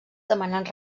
demanant